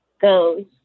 goes